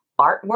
artwork